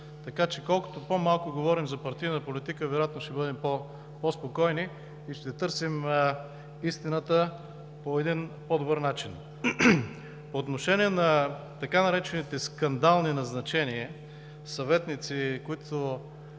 Така че колкото по-малко говорим за партийна политика, вероятно ще бъдем по-спокойни и ще търсим истината по един по-добър начин. По отношение на така наречените „скандални назначения“ – на съветници, които